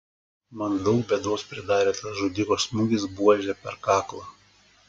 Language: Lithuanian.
man daug bėdos pridarė tas žudiko smūgis buože per kaklą